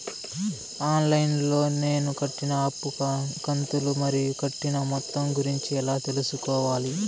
On line లో నేను కట్టిన అప్పు కంతులు మరియు కట్టిన మొత్తం గురించి ఎలా తెలుసుకోవాలి?